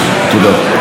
תודה.